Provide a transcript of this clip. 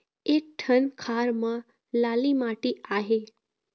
एक ठन खार म लाली माटी आहे?